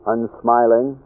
Unsmiling